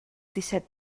disset